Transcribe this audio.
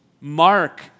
Mark